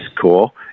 cool